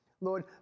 Lord